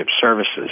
services